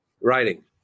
Writing